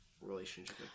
relationship